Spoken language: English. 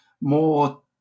more